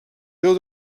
déu